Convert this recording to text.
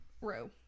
row